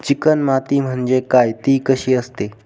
Chicken माती म्हणजे काय? ति कशी असते?